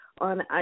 on